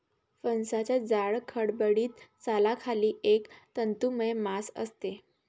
फणसाच्या जाड, खडबडीत सालाखाली एक तंतुमय मांस असते